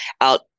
out